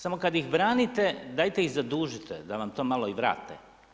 Samo kad ih branite, dajte ih zadužite da vam to malo i vrate.